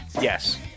Yes